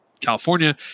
California